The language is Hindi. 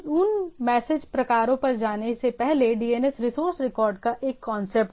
उन मैसेज प्रकारों पर जाने से पहले DNS रिसोर्स रिकॉर्ड का एक कांसेप्ट है